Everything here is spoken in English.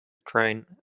train